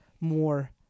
more